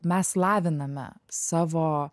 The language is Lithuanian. mes laviname savo